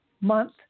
month